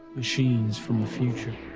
machines from the future.